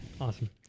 Awesome